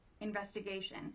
investigation